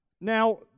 Now